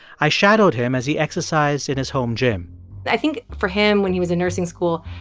i shadowed him as he exercised in his home gym i think, for him when he was in nursing school,